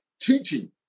teaching